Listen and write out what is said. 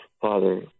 Father